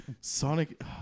Sonic